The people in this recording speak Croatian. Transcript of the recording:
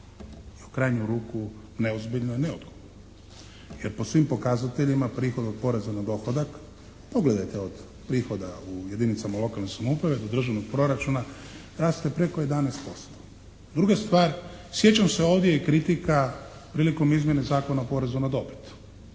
u krajnju je ruku neozbiljno i neodgovorno. Jer po svim pokazateljima prihod od poreza na dohodak, pogledajte od prihoda u jedinicama lokalne samouprave, do državnog proračuna, raste preko 11%. Druga stvar, sjećam se ovdje i kritika prilikom izmjene Zakona o porezu na dobit.